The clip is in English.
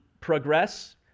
progress